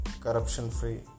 corruption-free